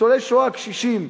ניצולי שואה קשישים,